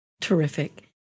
Terrific